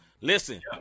Listen